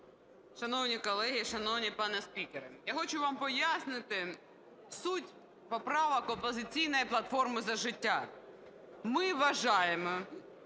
Шановні колеги, шановний пане спікеру! Я хочу вам пояснити суть поправок "Опозиційної платформи - За життя". Ми вважаємо,